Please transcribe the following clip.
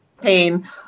pain